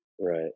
Right